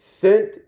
sent